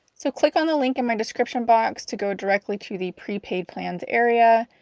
so, click on the link in my description box to go directly to the prepaid plans area,